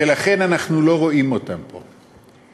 ולכן אנחנו לא רואים אותם פה.